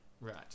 Right